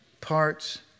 parts